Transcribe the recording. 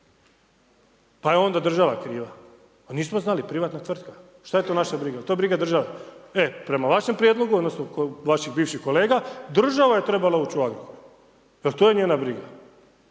Pa je onda država kriva, pa nismo znali, privatna tvrtka, šta je to naša briga, je li to briga države. E, prema vašem prijedlogu odnosno vaših bivših kolega država je trebala ući u Agrokor jer to je njena briga